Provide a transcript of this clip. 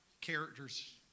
characters